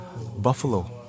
buffalo